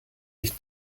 nicht